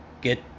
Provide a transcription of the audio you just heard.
Get